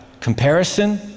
comparison